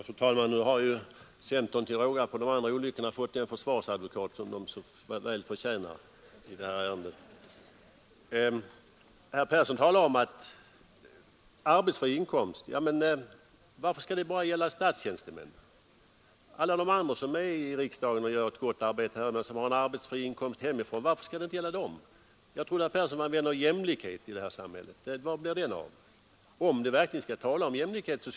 Fru talman! Nu har centern till råga på de andra olyckorna fått den försvarsadvokat i det här ärendet som den såväl förtjänar! Herr Persson i Stockholm talade om arbetsfri inkomst för statstjänstemän. Men varför skall det bara gälla statstjänstemän? Varför skall det inte gälla också alla andra som är med i riksdagen och gör ett gott arbete och som har en arbetsfri inkomst hemifrån? Jag trodde att herr Persson var en vän av jämlikhet i det här samhället, men var blev den av?